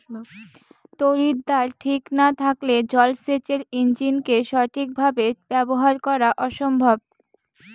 তড়িৎদ্বার ঠিক না থাকলে জল সেচের ইণ্জিনকে সঠিক ভাবে ব্যবহার করা অসম্ভব